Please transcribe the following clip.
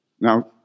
Now